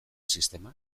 sistema